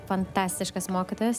fantastiškas mokytojas